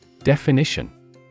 Definition